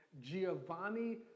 Giovanni